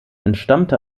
entstammte